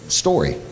story